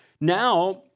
Now